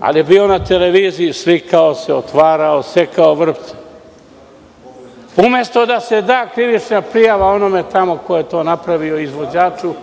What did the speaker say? ali je bio na televiziji, slikao se, otvarao, sekao vrpce. Umesto da se da krivična prijava onome tamo ko je to napravio, izvođaču,